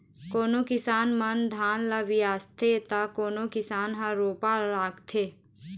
कोनो किसान मन धान ल बियासथे त कोनो किसान ह रोपा राखथे